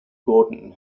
gordon